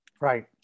Right